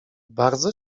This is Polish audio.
bardzo